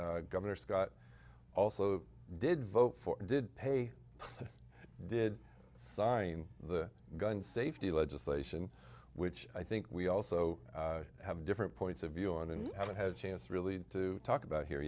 governor scott also did vote for did pay did sign the gun safety legislation which i think we also have different points of view on and haven't had a chance really to talk about here